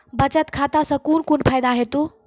बचत खाता सऽ कून कून फायदा हेतु?